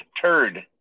turd